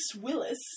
Willis